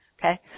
okay